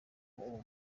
uwo